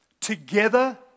Together